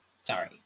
Sorry